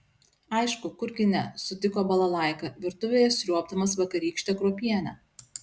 aišku kurgi ne sutiko balalaika virtuvėje sriuobdamas vakarykštę kruopienę